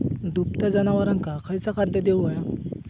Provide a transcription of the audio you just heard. दुभत्या जनावरांका खयचा खाद्य देऊक व्हया?